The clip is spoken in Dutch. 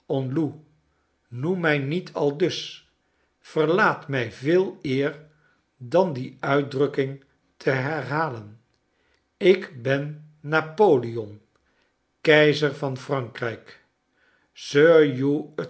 noem mij niet aldus verlaat mij veeleerdan die uitdrukking te herhalen ik ben napoleon keizer van f